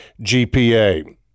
GPA